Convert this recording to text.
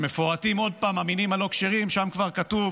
כשמפורטים עוד פעם המינים הלא-כשרים, שם כבר כתוב: